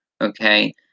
okay